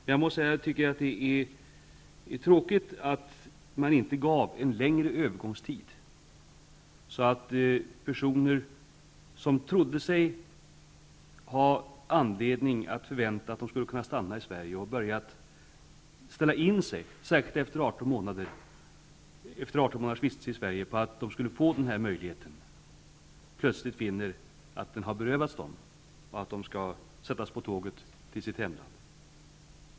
Men jag tycker att det är tråkigt att man inte införde en längre övergångstid så att personer som trodde sig ha anledning att förvänta att de skulle kunna stanna i Sverige och som började ställa in sig -- särskilt efter 18 månaders vistelse i landet -- på att få den möjligheten, plötsligt inte skulle finna att den har berövats dem och att de skall sättas på tåget till sitt hemland.